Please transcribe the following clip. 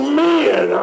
men